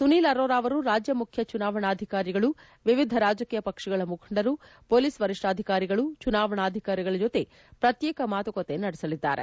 ಸುನಿಲ್ ಅರೋರಾ ಅವರು ರಾಜ್ಯ ಮುಖ್ಯ ಚುನಾವಣಾಧಿಕಾರಿಗಳು ವಿವಿಧ ರಾಜಕೀಯ ಪಕ್ಷಗಳ ಮುಖಂಡರು ಪೊಲೀಸ್ ವರಿಷ್ಣಾಧಿಕಾರಿಗಳು ಚುನಾವಣಾಧಿಕಾರಿಗಳ ಜತೆ ಪತ್ನೇಕ ಮಾತುಕತೆ ನಡೆಸಲಿದ್ದಾರೆ